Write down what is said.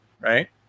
right